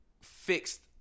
fixed